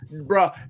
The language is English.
bro